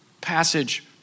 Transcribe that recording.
passage